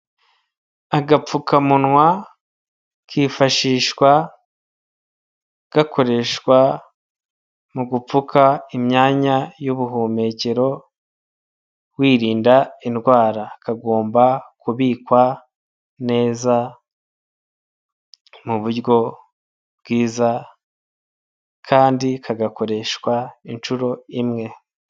Agapfukamunwa kifashishwa gakoreshwa mu gupfuka imyanya y'ubuhumekero, wirinda indwara. Kagomba kubikwa neza mu buryo bwiza, kandi kagakoreshwa inshuro imwe.